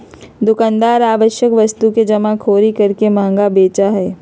दुकानदार आवश्यक वस्तु के जमाखोरी करके महंगा बेचा हई